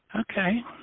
Okay